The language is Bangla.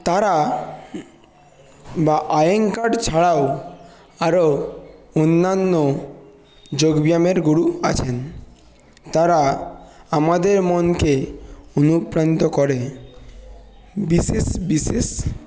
তারা বা আয়েঙ্গার ছাড়াও আরো অন্যান্য যোগব্যায়ামের গুরু আছেন তারা আমাদের মনকে অনুপ্রাণিত করে বিশেষ বিশেষ